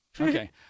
Okay